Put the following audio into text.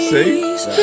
See